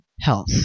health